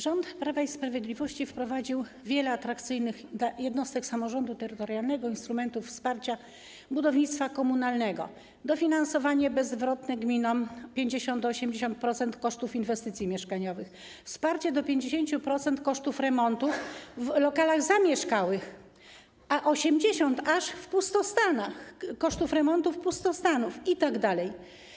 Rząd Prawa i Sprawiedliwości wprowadził wiele atrakcyjnych dla jednostek samorządu terytorialnego instrumentów wsparcia budownictwa komunalnego: dofinansowanie bezzwrotne gminom 50-80% kosztów inwestycji mieszkaniowych, wsparcie do 50% kosztów remontów w lokalach zamieszkałych i aż 80% kosztów remontów pustostanów itd.